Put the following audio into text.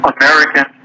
American